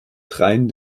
dreien